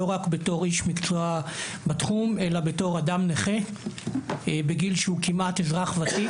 לא רק בתור איש מקצוע בתחום אלא בתור אדם נכה בגיל שהוא כמעט אזרח ותיק,